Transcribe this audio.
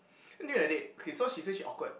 and during the date okay so she say she awkward